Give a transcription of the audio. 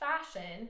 fashion